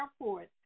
airport